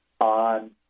on